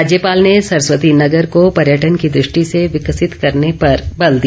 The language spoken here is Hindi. राज्यपाल ने सरस्वतीनगर को पर्यटन की दृष्टि से विकसित करने पर बल दिया